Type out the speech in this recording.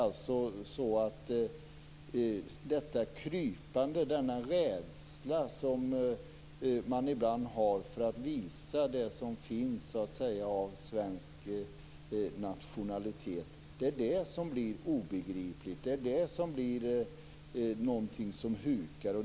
Det är detta krypande och denna rädsla som man ibland har för att visa det som finns av svensk nationalitet som blir obegripligt och någonting som hukar.